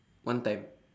one time